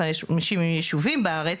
מ-250 ישובים בארץ,